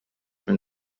when